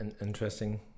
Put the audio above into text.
interesting